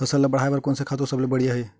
फसल ला बढ़ाए बर कोन से खातु सबले बढ़िया हे?